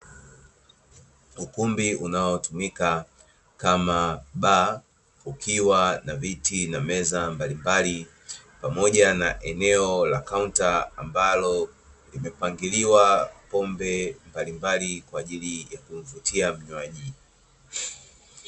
Ukumbi unaotumika kama baa, ukiwa na viti na meza mbalimbali, pamoja na eneo la kaunta ambalo limepangiliwa pombe mbalimbali kwa ajili ya kumvutia mnywaji.